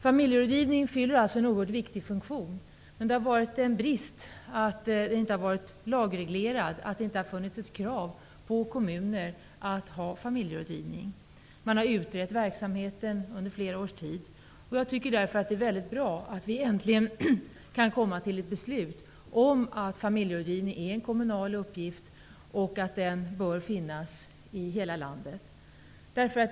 Familjerådgivningen fyller en oerhört viktig funktion. Det har varit en brist att den inte varit lagreglerad och att det inte har funnits ett krav på kommuner att ha familjerådgivning. Man har under flera års tid utrett verksamheten. Det är därför mycket bra att vi äntligen kan komma till ett beslut om att familjerådgivning är en kommunal uppgift och att den bör finnas i hela landet. Fru talman!